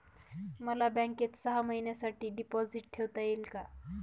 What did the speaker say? मला बँकेत सहा महिन्यांसाठी डिपॉझिट ठेवता येईल का?